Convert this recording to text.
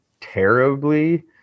terribly